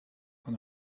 van